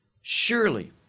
Surely